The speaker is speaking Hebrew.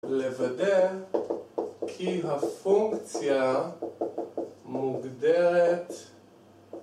לוודא כי הפונקציה מוגדרת